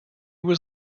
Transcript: was